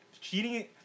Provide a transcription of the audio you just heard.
Cheating